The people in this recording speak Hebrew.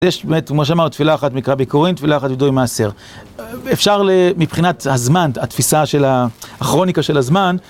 יש באמת, כמו שאמרת, תפילה אחת מקרא ביקורין, תפילה אחת וידוי מעשר. אפשר, מבחינת הזמן, התפיסה של, הכרוניקה של הזמן...